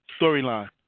storyline